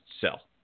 sell